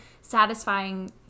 satisfying